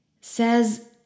says